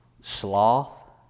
sloth